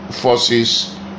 forces